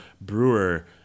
Brewer